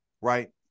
Right